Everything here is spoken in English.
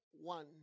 one